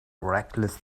reckless